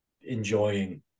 enjoying